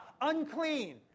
unclean